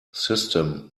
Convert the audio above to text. system